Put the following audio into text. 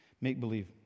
Make-believe